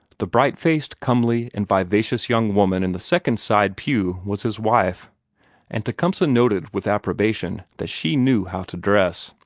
the bright-faced, comely, and vivacious young woman in the second side pew was his wife and tecumseh noted with approbation that she knew how to dress.